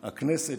הכנסת,